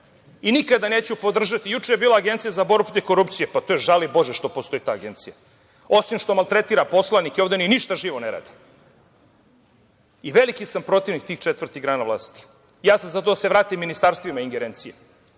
postoje. Nikada neću podržati… Juče je bila Agencija za borbu protiv korupcije. Pa, to je žali bože što postoji ta agencija. Osim što maltretira poslanike, ovde oni ništa živo ne rade. Veliki sam protivnik tih četvrtih grana vlasti. Ja sam za to da se vrati ministarstvima ingerencija,